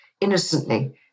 innocently